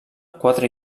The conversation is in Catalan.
quatre